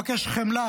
אני מבקש חמלה,